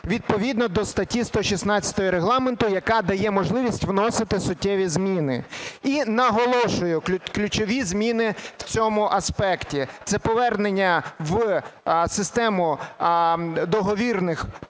відповідно до статті 116 Регламенту, яка дає можливість вносити суттєві зміни. І наголошую ключові зміни в цьому аспекті – це повернення в систему договірних